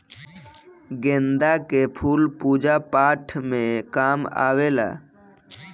गेंदा के फूल पूजा पाठ में काम आवेला